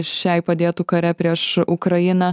šiai padėtų kare prieš ukrainą